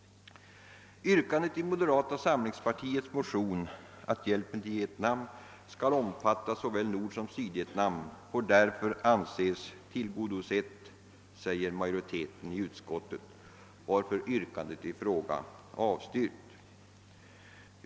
Yrkandet i moderata samlingspartiets motion, att hjälpen till Vietnam skall omfatta såväl Nordsom Sydvietnam, får sålunda anses tillgodosett, säger majoriteten i utskottet, varför yrkandet i fråga avstyrks.